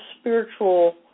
spiritual